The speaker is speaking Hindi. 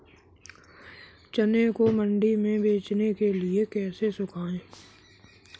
चने को मंडी में बेचने के लिए कैसे सुखाएँ?